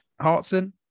Hartson